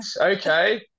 Okay